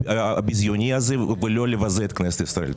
הביזיוני הזה ולא לבזות את כנסת ישראל.